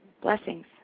Blessings